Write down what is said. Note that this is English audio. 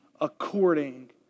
according